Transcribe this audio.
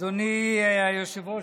אדוני היושב-ראש,